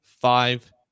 five